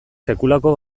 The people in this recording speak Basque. sekulako